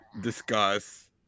discuss